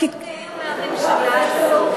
יותר מהממשלה הזו.